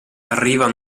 arriva